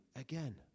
Again